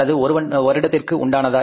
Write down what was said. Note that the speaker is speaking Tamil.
அல்லது ஒரு வருடத்திற்கு உண்டானதா